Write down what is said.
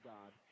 God